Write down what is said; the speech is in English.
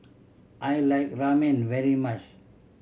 I like Ramen very much